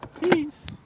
Peace